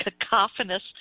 cacophonous